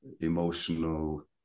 emotional